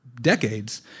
decades